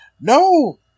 No